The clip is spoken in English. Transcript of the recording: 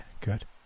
good